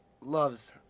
loves